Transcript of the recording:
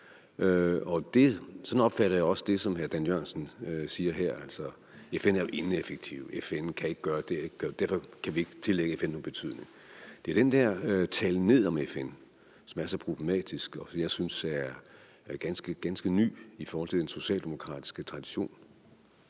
og sådan opfatter jeg også det, som hr. Dan Jørgensen siger her, altså FN er jo ineffektiv, FN kan ikke gøre det og ikke gøre det, og derfor kan vi ikke tillægge FN nogen betydning. Det er den der talen ned om FN, som er så problematisk, og som jeg synes er ganske ny i forhold til den socialdemokratiske tradition.